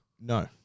No